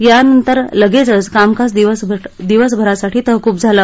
त्यानंतर लगेचच कामकाज दिवसभरासाठी तहकूब झालं